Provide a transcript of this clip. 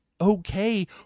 okay